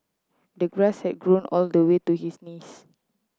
the grass had grown all the way to his knees